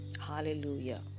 Hallelujah